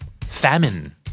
famine